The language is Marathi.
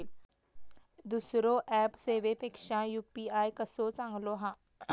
दुसरो ऍप सेवेपेक्षा यू.पी.आय कसो चांगलो हा?